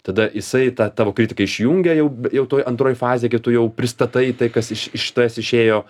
tada jisai tą tavo kritiką išjungia jau b jau toj antroj fazėj kai tu jau pristatai tai kas iš iš tavęs išėjo